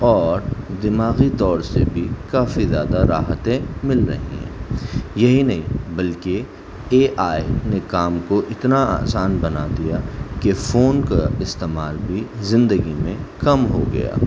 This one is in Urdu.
اور دماغی طور سے بھی کافی زیادہ راحتیں مل رہی ہیں یہی نہیں بلکہ اے آئی نے کام کو اتنا آسان بنا دیا کہ فون کا استعمال بھی زندگی میں کم ہو گیا